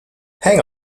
hang